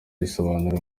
bisobanura